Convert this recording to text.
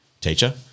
teacher